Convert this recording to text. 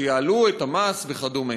שיעלו את המס וכדומה.